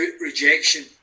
rejection